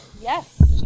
Yes